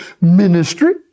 ministry